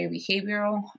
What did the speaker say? behavioral